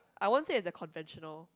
I won't say it is a conventional